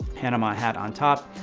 panama hat on top.